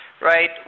right